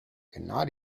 cannot